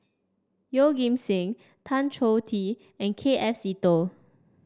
Yeoh Ghim Seng Tan Choh Tee and K F Seetoh